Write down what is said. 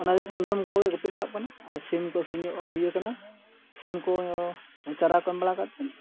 ᱚᱱᱟ ᱞᱟᱹᱜᱤᱫ ᱛᱮ ᱢᱮᱨᱚᱢ ᱠᱚᱜᱮ ᱜᱩᱯᱤ ᱯᱟᱲᱟᱜ ᱠᱟᱱᱟ ᱟᱨ ᱥᱤᱢ ᱠᱚ ᱥᱩᱨ ᱧᱚᱜ ᱦᱩᱭ ᱟᱠᱟᱱᱟ ᱥᱤᱢ ᱠᱚ ᱪᱟᱨᱟ ᱠᱚ ᱮᱢ ᱵᱟᱲᱟ ᱠᱟᱛᱮ